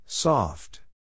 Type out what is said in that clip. Soft